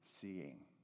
seeing